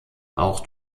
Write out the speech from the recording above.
auch